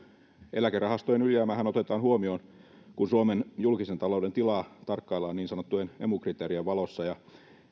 eläkerahastojen ylijäämähän otetaan huomioon kun suomen julkisen talouden tilaa tarkkaillaan niin sanottujen emu kriteerien valossa ja